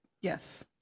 Yes